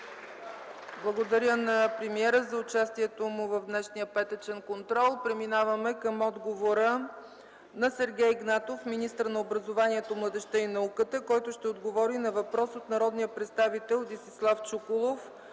Благодаря на премиера за участието му в днешния петъчен контрол. Преминаваме към отговора на Сергей Игнатов – министър на образованието, младежта и науката, който ще отговори на въпрос от народния представител Десислав Чуколов